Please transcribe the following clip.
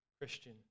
Christian